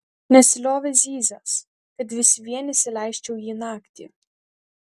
nesiliovė zyzęs kad vis vien įsileisčiau jį naktį